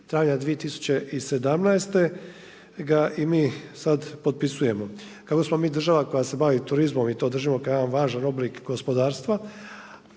travnja 2017. ga i mi sad potpisujemo. Kako smo mi država koja se bavi turizmom i to držimo kao jedan važan oblik gospodarstva